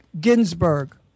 ginsburg